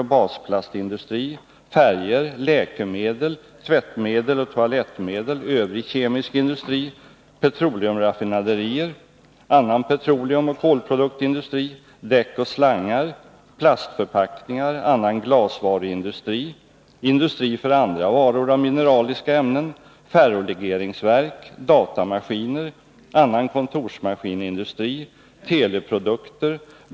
Jag återger en tabell hämtad ur SOU 1978:73.